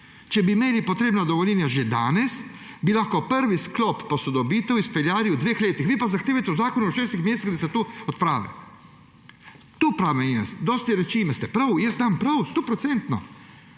…če bi imeli potrebna dovoljenja že danes, bi lahko prvi sklop posodobitev izpeljali v dveh letih«. Vi pa zahtevate v zakonu v šestih mesecih, da se to odpravi. To pravim, pri veliko rečeh imate prav, vam dam prav, stoprocentno,